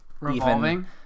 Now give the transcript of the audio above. revolving